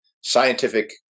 scientific